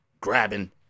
Grabbing